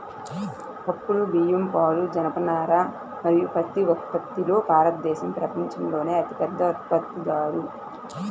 పప్పులు, బియ్యం, పాలు, జనపనార మరియు పత్తి ఉత్పత్తిలో భారతదేశం ప్రపంచంలోనే అతిపెద్ద ఉత్పత్తిదారు